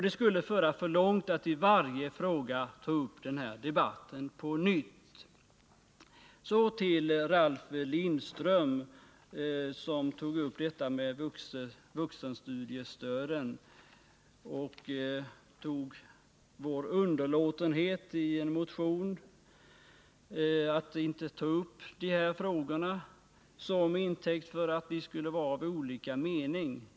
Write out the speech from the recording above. Det skulle också föra för långt att i varje fråga på nytt ta upp denna debatt. Ralf Lindström talade om vuxenstudiestöden och tog vår underlåtenhet att i en motion ta upp dessa frågor till intäkt för att vi skulle vara av olika meningar.